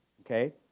Okay